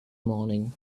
morning